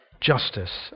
Justice